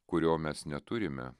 kurio mes neturime